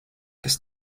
kas